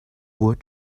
what